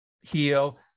heal